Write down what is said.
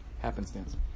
happenstance